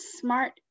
smart